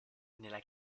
nella